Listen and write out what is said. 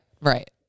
right